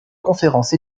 conférence